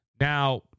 now